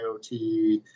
IoT